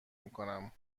میکنم